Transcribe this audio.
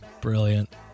Brilliant